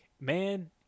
man